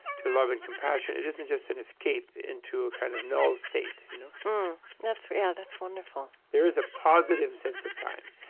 to love and compassion. it isn't just an escape into a kind of null state you know yeah, that's wonderful there is a positive sense of time.